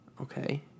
Okay